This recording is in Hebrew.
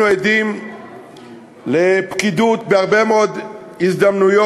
אנחנו עדים לפקידוּת, בהרבה מאוד הזדמנויות,